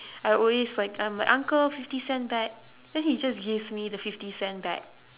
I always like I'm like uncle fifty cent back then he just gives me the fifty cent back